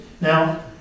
Now